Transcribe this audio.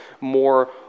more